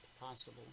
possible